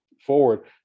forward